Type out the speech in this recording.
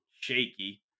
shaky